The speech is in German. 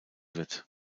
wird